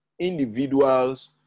individuals